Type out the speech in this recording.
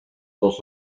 dos